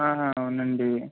ఆహా అవునండి